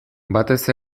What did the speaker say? batez